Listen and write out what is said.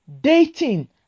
dating